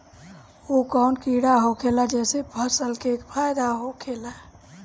उ कौन कीड़ा होखेला जेसे फसल के फ़ायदा होखे ला?